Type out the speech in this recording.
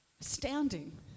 astounding